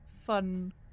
fun